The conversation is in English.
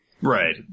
Right